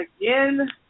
again